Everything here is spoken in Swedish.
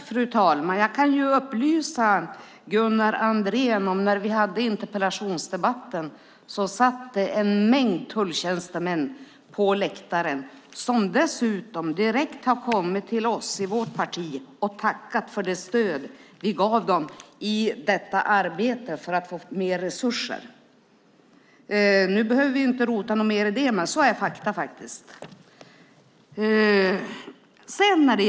Fru talman! Jag kan upplysa Gunnar Andrén om att när vi hade interpellationsdebatten satt det en mängd tulltjänstemän på läktaren. De har dessutom kommit till oss i vårt parti och tackat för det stöd vi gav dem för att få mer resurser. Nu behöver vi inte rota djupare i det, med det är ett faktum att så var fallet.